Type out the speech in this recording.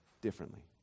differently